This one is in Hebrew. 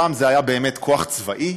פעם זה היה באמת כוח צבאי,